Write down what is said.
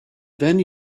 then